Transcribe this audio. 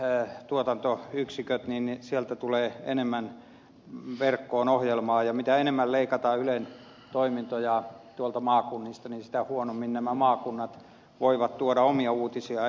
öä tuotanto yksikkö menee televisioyhtiöiden tuotantoyksiköt tulee enemmän verkkoon ohjelmaa ja mitä enemmän leikataan ylen toimintoja tuolta maakunnista sitä huonommin nämä maakunnat voivat tuoda omia uutisiaan esille